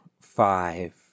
five